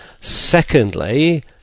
Secondly